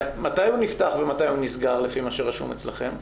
מתי הוא נפתח ומתי הוא נסגר, לפי מה שרשום אצלכם?